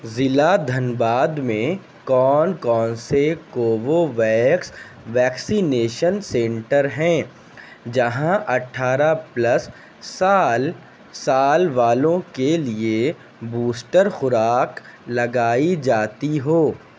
ضلع دھنباد میں کون کون سے کووو ویکس ویکسینیشن سینٹر ہیں جہاں اٹھارہ پلس سال سال والوں کے لیے بوسٹر خوراک لگائی جاتی ہو